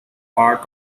part